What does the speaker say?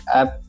app